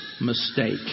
mistake